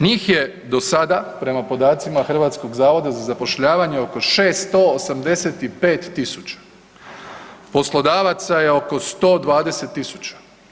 Njih je do sada prema podacima HZZ-a oko 685.000, poslodavaca je oko 120.000.